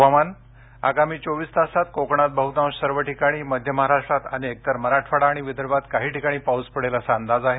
हवामान आगामी चोवीस तासात कोकणात बहुतांश सर्व ठिकाणी मध्य महाराष्ट्रात अनेक तर मराठवाडा आणि विदर्भात काही ठिकाणी पाऊस पडेल असा अंदाज आहे